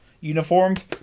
uniforms